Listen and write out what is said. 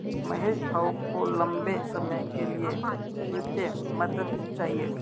महेश भाऊ को लंबे समय के लिए वित्तीय मदद चाहिए